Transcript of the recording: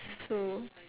so